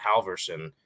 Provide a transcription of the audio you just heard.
Halverson